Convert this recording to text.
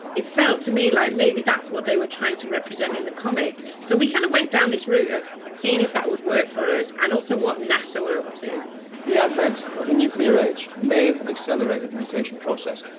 it felt to me like maybe that's what they were trying to represent in the comic. so we kind of went down this route of seeing if that would work for us and also what nasa were up to the advent of the nuclear age may have accelerated the mutation process.